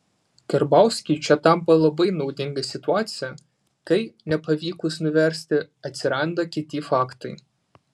karbauskiui čia tampa labai naudinga situacija kai nepavykus nuversti atsiranda kiti faktai